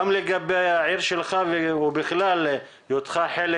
גם לגבי העיר שלך ובכלל בהיותך חלק